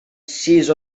sis